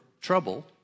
trouble